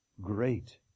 great